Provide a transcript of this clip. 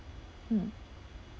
mm